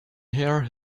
hair